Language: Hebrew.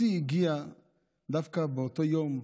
השיא הגיע דווקא באותו יום,